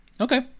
Okay